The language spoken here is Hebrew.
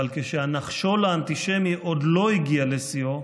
אבל כשהנחשול האנטישמי עוד לא הגיע לשיאו,